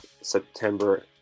September